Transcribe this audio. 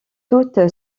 toute